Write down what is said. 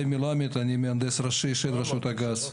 חיים מלמד, אני מהנדס ראשי של רשות הגז.